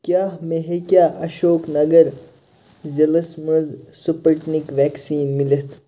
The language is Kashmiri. کیٛاہ مےٚ ہیٚکیٛاہ اشوک نَگر ضِلعس منٛز سٕپٕٹنِک وٮ۪کسیٖن مِلِتھ